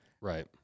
right